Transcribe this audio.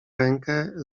rękę